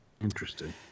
interesting